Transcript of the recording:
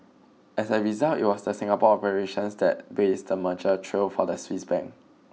as a result it was the Singapore operations that blazed the merger trail for the Swiss bank